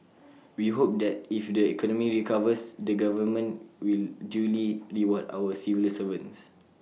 we hope that if the economy recovers the government will duly reward our civil servants